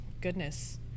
goodness